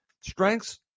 strengths